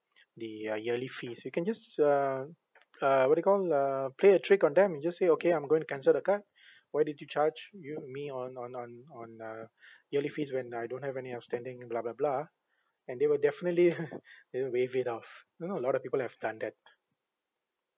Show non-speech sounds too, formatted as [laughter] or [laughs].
the uh yearly fees we can just uh uh what do you call uh play a trick on them you just say okay I'm going to cancel the card why did you charge you me on on on on uh yearly fees when I don't have any outstanding and blah blah blah and they will definitely [laughs] you know waive it off you know a lot of people have done that